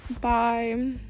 Bye